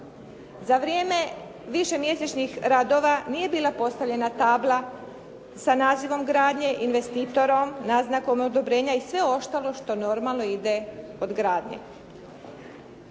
Za vrijeme višemjesečnih radova nije bila postavljena tabla sa nazivom gradnje, investitorom, naznakom odobrenja i sve ostalo što normalno ide od gradnje.